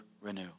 renew